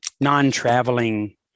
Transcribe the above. non-traveling